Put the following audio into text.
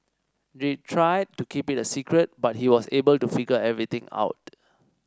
they tried to keep it a secret but he was able to figure everything out